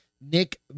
Nick